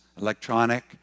electronic